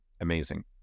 amazing